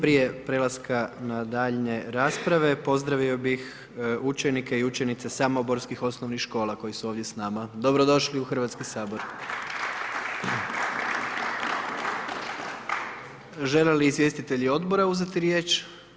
Prije prelaska na daljnje rasprave, pozdravio bih učenike i učenice samoborskih osnovnih škola koji su ovdje s nama, dobrodošli u Hrvatski sabor. Žele li izvjestitelji odbora uzeti riječ?